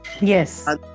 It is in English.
yes